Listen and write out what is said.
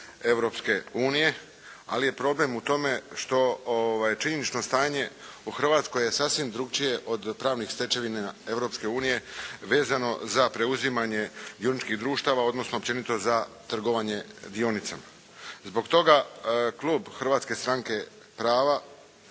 Europske unije, ali je problem u tome što je činjenično stanje u Hrvatskoj je sasvim drukčije od pravnih stečevina Europske unije, vezano za preuzimanje dioničkih društava općenito za trgovanje dionicama. Zbog toga će Klub Hrvatske stranke prava